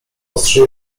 ostrzej